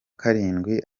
karindwi